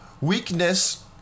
Weakness